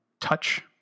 touch